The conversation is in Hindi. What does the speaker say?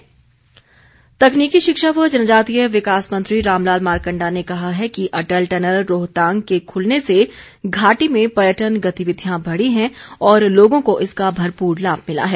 मारकण्डा तकनीकी शिक्षा व जनजातीय विकास मंत्री रामलाल मारकण्डा ने कहा है कि अटल टनल रोहतांग के खुलने से घाटी में पर्यटन गतिविधियां बढ़ी हैं और लोगों को इसका भरपूर लाभ मिला है